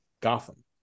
Gotham